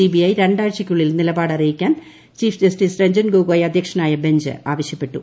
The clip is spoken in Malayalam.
സിബിഐ രണ്ടാഴ്ചയ്ക്കുള്ളിൽ നിലപാട് അറിയിക്കാൻ ചീഫ് ജസ്റ്റിസ് രഞ്ജൻ ഗൊഗോയ് അധൃക്ഷനായ ബെഞ്ച് ആവശ്യപ്പെട്ടു